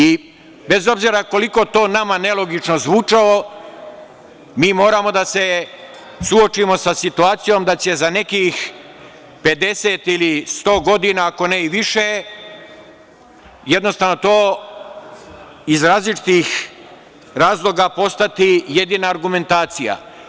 I bez obzira koliko to nama nelogično zvučalo mi moramo da se suočimo sa situacijom da će za nekih 50 ili 100 godina, ako ne i više, jednostavno to iz različitih razloga postati jedina argumentacija.